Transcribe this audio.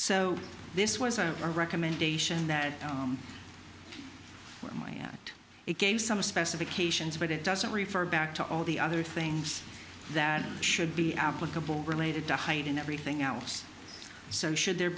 so this was a recommendation that my at it gave some specifications but it doesn't refer back to all the other things that should be applicable related to height and everything else so should there